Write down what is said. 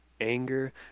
Anger